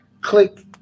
Click